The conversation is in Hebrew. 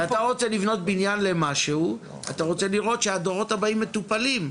כשאתה רוצה לבנות בניין למשהו אתה רוצה לראות שהדורות הבאים מטופלים,